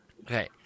Okay